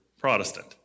Protestant